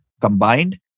combined